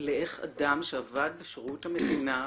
לאיך אדם שעבד בשירות המדינה,